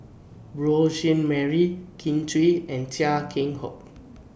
Beurel Jean Marie Kin Chui and Chia Keng Hock